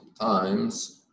times